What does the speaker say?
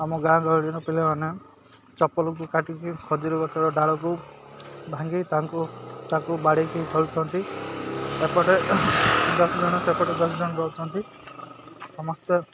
ଆମ ଗାଁ ଗହଳିର ପିଲାମାନେ ଚପଲକୁ କାଟିକି ଖଜୁରୀ ଗଛର ଡାଳକୁ ଭାଙ୍ଗି ତାଙ୍କୁ ତାକୁ ବାଡ଼େଇକି ଚଳୁଛନ୍ତି ଏପଟେ ଦଶ ଜଣ ସେପଟେ ଦଶ ଜଣ ବସୁଛନ୍ତି ସମସ୍ତେ